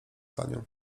panią